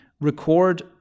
record